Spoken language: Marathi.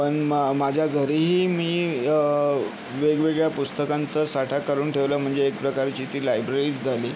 पण म माझ्या घरीही मी वेगवेगळ्या पुस्तकांचा साठा करून ठेवला म्हणजे एक प्रकारची ती लायब्ररीच झाली